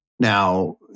Now